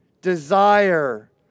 desire